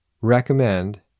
recommend